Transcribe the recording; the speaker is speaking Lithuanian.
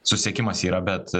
susiekimas yra bet